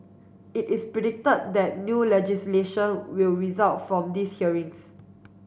it is predict that new legislation will result from these hearings